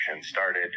started